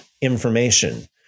information